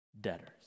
debtors